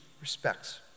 respects